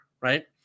right